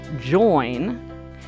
join